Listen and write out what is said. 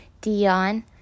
Dion